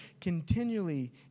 continually